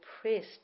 pressed